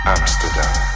Amsterdam